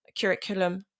curriculum